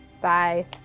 Bye